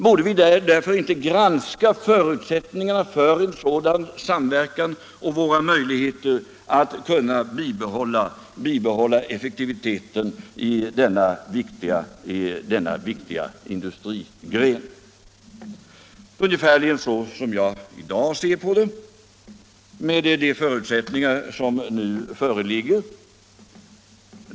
Borde vi inte granska förutsättningarna för en sådan samverkan och våra möjligheter att bibehålla effektiviteten i denna viktiga industrigren? Det är ungefär så jag i dag ser på detta — med de förutsättningar som nu föreligger.